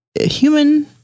human